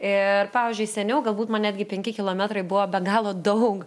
ir pavyzdžiui seniau galbūt man netgi penki kilometrai buvo be galo daug